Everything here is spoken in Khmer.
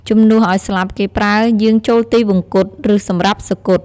ជំនួសឲ្យ ស្លាប់ គេប្រើ យាងចូលទិវង្គត ឬ សម្រាប់សុគត។